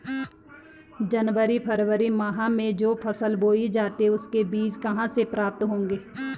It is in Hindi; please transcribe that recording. जनवरी फरवरी माह में जो फसल बोई जाती है उसके बीज कहाँ से प्राप्त होंगे?